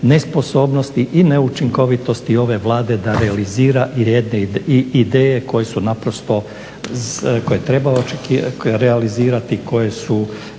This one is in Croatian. nesposobnosti i neučinkovitosti ove Vlade da realizira ideje koje su naprosto, koje treba realizirati, koje bi